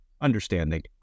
understanding